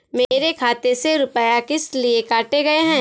मेरे खाते से रुपय किस लिए काटे गए हैं?